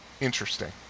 Interesting